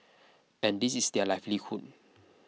and this is their livelihood